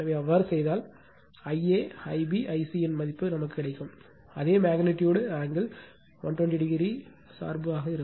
எனவே அவ்வாறு செய்தால் I a Ib I c இன் மதிப்பு கிடைக்கும் அதே மெக்னிட்யூடு ஆங்கிள் 120o சார்பு ஆக இருக்கும்